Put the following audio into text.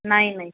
नाही नाही